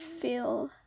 feel